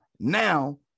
Now